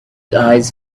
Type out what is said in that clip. eyes